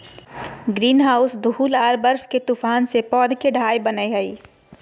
greenhouse धूल आर बर्फ के तूफान से पौध के ढाल बनय हइ